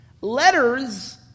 Letters